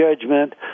judgment